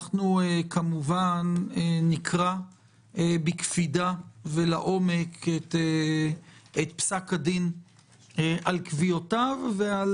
אנחנו כמובן נקרא בקפידה ולעומק את פסק הדין על קביעותיו ועל